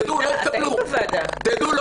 תדעו: לא